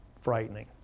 frightening